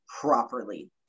properly